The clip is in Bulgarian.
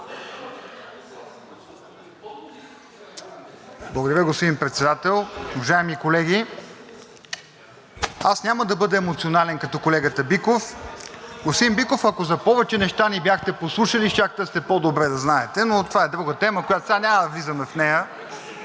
Благодаря, господин Председател. Уважаеми колеги! Аз няма да бъда емоционален като колегата Биков. Господин Биков, ако за повече неща ни бяхте послушали, щяхте да сте по-добре, да знаете. (Шум, смях от ГЕРБ-СДС.) Но това е друга тема, сега няма да влизаме в нея.